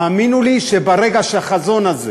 האמינו לי, ברגע שהחזון הזה